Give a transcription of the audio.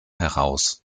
heraus